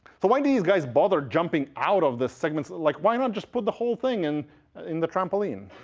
so why do these guys bother jumping out of the segments? like, why not just put the whole thing and in the trampoline?